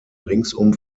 ringsum